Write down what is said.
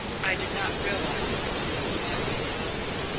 i did not realise the sort of man he was.